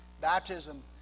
Baptism